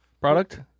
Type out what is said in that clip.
Product